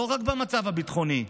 לא רק במצב הביטחוני.